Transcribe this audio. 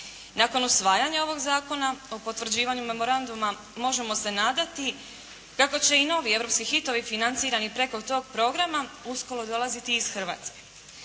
Nakon usvajanja ovog Zakona o potvrđivanju memoranduma možemo se nadati kako će i novi europski hitovi financirani preko tog programa uskoro dolaziti i iz Hrvatske.